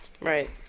Right